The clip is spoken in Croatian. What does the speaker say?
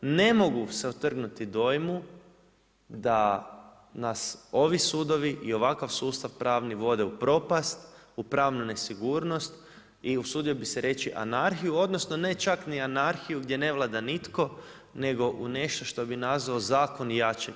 Ne mogu se otrgnuti dojmu da nas ovi sudovi i ovakav sustav pravni vode u propast, u pravnu nesigurnost i usudio bih se reći anarhiju, odnosno, ne čak anarhiju gdje ne vlada nitko, nego u nešto što bi nazvao zakon jačeg.